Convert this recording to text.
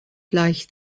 leicht